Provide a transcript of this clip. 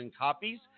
copies